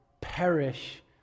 perish